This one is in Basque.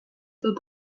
dut